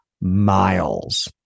miles